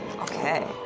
Okay